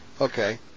Okay